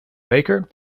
baker